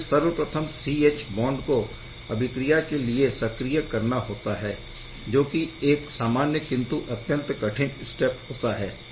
इसमें सर्वप्रथम C H bond को अभिक्रिया के लिए सक्रिय करना होता हैजो की एक सामान्य किंतु अत्यंत कठिन स्टेप होता है